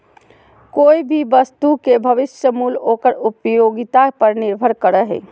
कोय भी वस्तु के भविष्य मूल्य ओकर उपयोगिता पर निर्भर करो हय